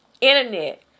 Internet